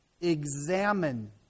examine